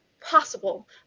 possible